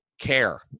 care